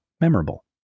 memorable